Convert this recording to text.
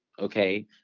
Okay